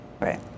right